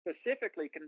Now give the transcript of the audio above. specifically